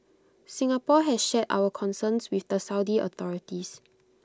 Singapore has shared our concerns with the Saudi authorities